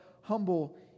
humble